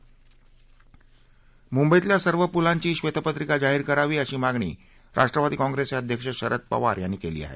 म्ंबईतल्या सर्व प्लांची श्वेतपत्रिका जाहीर करावी अशी मा णी राष्ट्रवादी काँग्रेसचे अध्यक्ष शरद पवार यांनी केली आहे